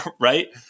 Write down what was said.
Right